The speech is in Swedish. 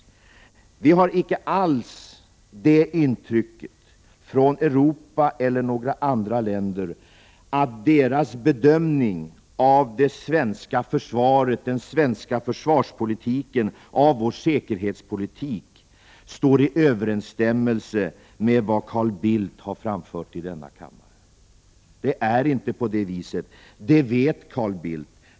Jag har icke alls det intrycket, varken från Europa eller från några andra länder, att deras bedömning av det svenska försvaret, vår försvarspolitik och säkerhetspolitik står i överensstämmelse med vad Carl Bildt har framfört i denna kammare. Det är inte på det viset, det vet Carl Bildt.